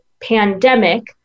pandemic